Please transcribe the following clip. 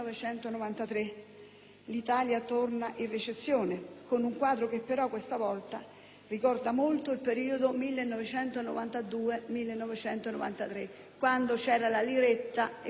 L'Italia torna in recessione, con un quadro che però questa volta ricorda molto il periodo 1992-1993, quando c'era la "liretta" e si poteva